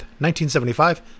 1975